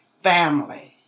family